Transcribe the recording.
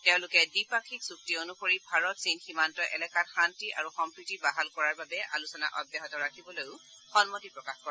তেওঁলোকে দ্বিপাক্ষিক চুক্তি অনুসৰি ভাৰত চীনা সীমান্ত এলেকাত শান্তি আৰু সম্প্ৰীতি বাহাল কৰাৰ বাবে আলোচনা অব্যাহত ৰাখিবলৈও সন্মতি প্ৰকাশ কৰে